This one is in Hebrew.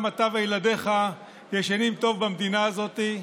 אתה וילדיך ישנים טוב במדינה הזאת.